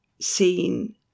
seen